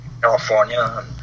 California